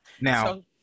Now